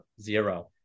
zero